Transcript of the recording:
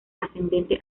ascendente